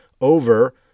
over